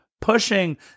pushing